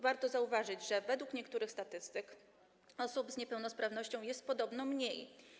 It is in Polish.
Warto zauważyć, że według niektórych statystyk osób z niepełnosprawnością jest podobno mniej.